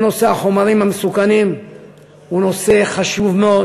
כל נושא החומרים המסוכנים הוא נושא חשוב מאוד.